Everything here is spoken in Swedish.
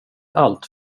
allt